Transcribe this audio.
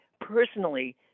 personally